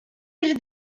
bir